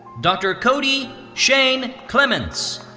dr. cody shane clements.